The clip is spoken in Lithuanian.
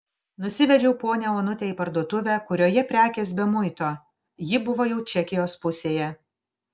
nusivedžiau ponią onutę į parduotuvę kurioje prekės be muito ji buvo jau čekijos pusėje